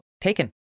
taken